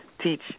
teach